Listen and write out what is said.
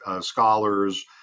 scholars